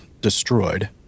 destroyed